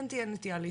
כן תהיה נטייה להשתמש,